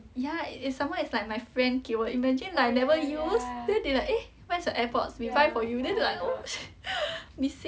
ya and some more it's like my friend 给我的 imagine like I never use then they like eh where's your airpods we buy for you then I like oh shit missing